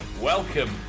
Welcome